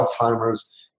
Alzheimer's